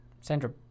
Sandra